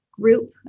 group